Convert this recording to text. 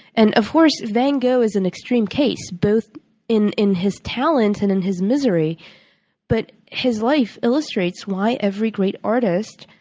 and, of course, van gogh is an extreme case, both in his his talent and in his misery but his life illustrates why every great artist